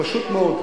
פשוט מאוד,